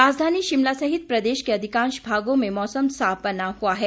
राजधानी शिमला सहित प्रदेश के अधिकांश भागों में मौसम साफ बना हुआ है